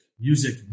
Music